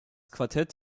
quartett